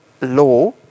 law